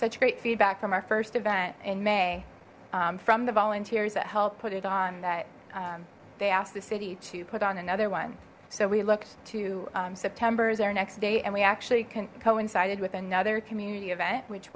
such great feedback from our first event in may from the volunteers that helped put it on that they asked the city to put on another one so we looked to september's our next day and we actually can coincided with another community event which